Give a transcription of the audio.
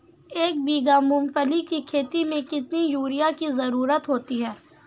एक बीघा मूंगफली की खेती में कितनी यूरिया की ज़रुरत होती है?